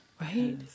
right